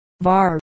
var